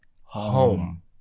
home